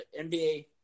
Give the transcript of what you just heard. NBA